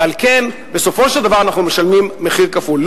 ועל כן בסופו של דבר אנחנו משלמים מחיר כפול,